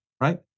right